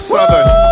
Southern